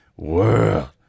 World